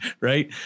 right